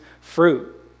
fruit